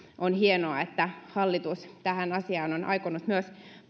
on hienoa että hallitus tähän asiaan on aikonut myös